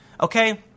Okay